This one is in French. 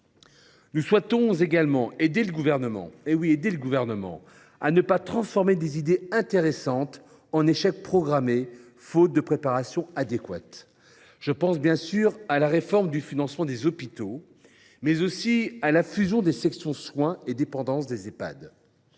Nous souhaitons également aider le Gouvernement – oui, l’aider – à ne pas transformer des idées intéressantes en des échecs programmés faute de préparation adéquate. Je pense, bien sûr, à la réforme du financement des hôpitaux, mais aussi à la fusion des sections « soins » et « dépendance » des